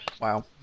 wow